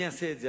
אני אעשה את זה,